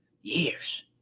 Years